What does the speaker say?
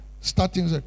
starting